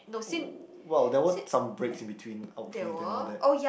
oh well there were some breaks in between outfield and all that